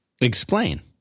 Explain